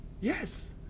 Yes